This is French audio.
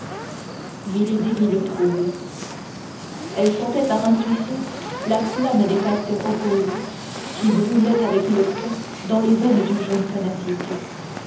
trouble elle sentait par intuition la flamme des passions opposées qui brûlaient avec le sang dans les veines du jeune fanatique